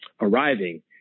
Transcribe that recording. arriving